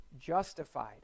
justified